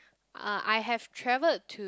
uh I have traveled to